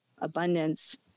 abundance